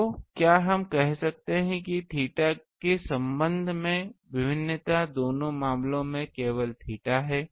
तो क्या हम कह सकते हैं कि थीटा के संबंध में भिन्नता दोनों मामलों में केवल थीटा है